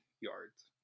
yards